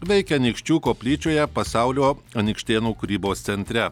veikia anykščių koplyčioje pasaulio anykštėnų kūrybos centre